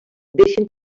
deixen